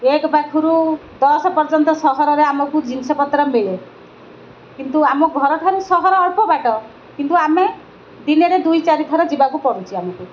ଏକ ପାଖରୁ ଦଶ ପର୍ଯ୍ୟନ୍ତ ସହରରେ ଆମକୁ ଜିନିଷପତ୍ର ମିଳେ କିନ୍ତୁ ଆମ ଘର ଠାରୁ ସହର ଅଳ୍ପ ବାଟ କିନ୍ତୁ ଆମେ ଦିନରେ ଦୁଇ ଚାରି ଥର ଯିବାକୁ ପଡ଼ୁଛି ଆମକୁ